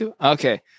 Okay